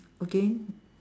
again